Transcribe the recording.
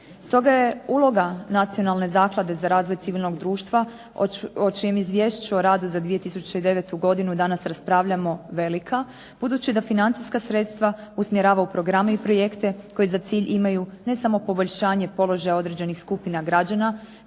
Stoga je uloga Nacionalne zaklade za razvoj civilnog društva o čijem Izvješću o radu za 2009. godinu danas raspravljamo velika, budući da financijska sredstva usmjerava u programe i projekte koji za cilj imaju ne samo poboljšanje položaja određenih skupina građana